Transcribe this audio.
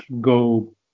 go